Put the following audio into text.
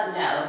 no